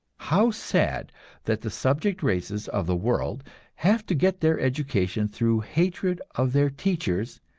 how sad that the subject races of the world have to get their education through hatred of their teachers,